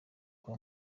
kwa